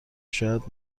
شاید